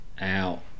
out